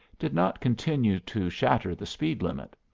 did not continue to shatter the speed limit.